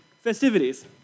festivities